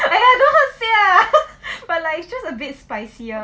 !aiya! don't know how to say lah but like just a bit spicier